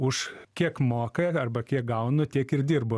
už kiek moka arba kiek gaunu tiek ir dirbu